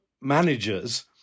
managers